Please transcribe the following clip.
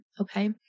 Okay